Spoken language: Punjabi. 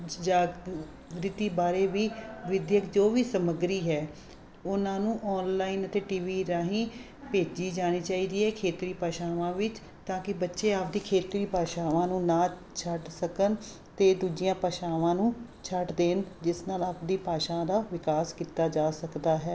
ਜਾਗਰਿਤੀ ਬਾਰੇ ਵੀ ਵਿੱਦਿਅਕ ਜੋ ਵੀ ਸਮੱਗਰੀ ਹੈ ਉਹਨਾਂ ਨੂੰ ਓਨਲਾਈਨ ਅਤੇ ਟੀ ਵੀ ਰਾਹੀਂ ਭੇਜੀ ਜਾਣੀ ਚਾਹੀਦੀ ਹੈ ਖੇਤਰੀ ਭਾਸ਼ਾਵਾਂ ਵਿੱਚ ਤਾਂ ਕਿ ਬੱਚੇ ਆਪਦੀ ਖੇਤਰੀ ਭਾਸ਼ਾਵਾਂ ਨੂੰ ਨਾ ਛੱਡ ਸਕਣ ਅਤੇ ਦੂਜੀਆਂ ਭਾਸ਼ਾਵਾਂ ਨੂੰ ਛੱਡ ਦੇਣ ਜਿਸ ਨਾਲ ਆਪਦੀ ਭਾਸ਼ਾ ਦਾ ਵਿਕਾਸ ਕੀਤਾ ਜਾ ਸਕਦਾ ਹੈ